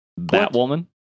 Batwoman